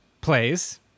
plays